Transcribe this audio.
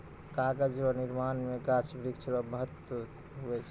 कागज रो निर्माण मे गाछ वृक्ष रो महत्ब हुवै छै